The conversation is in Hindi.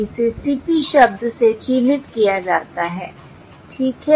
इसे CP शब्द से चिह्नित किया जाता है ठीक है